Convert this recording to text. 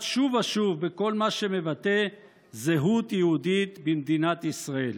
שוב ושוב בכל מה שמבטא זהות יהודית במדינת ישראל.